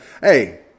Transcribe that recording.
Hey